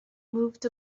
moved